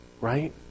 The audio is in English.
Right